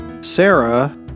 Sarah